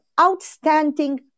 outstanding